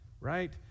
right